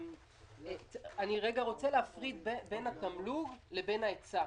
אני רוצה להפריד בין התמלוג לבין ההיצע.